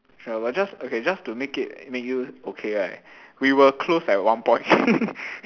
ya but just okay just to make it make you okay right we were close at one point